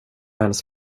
hennes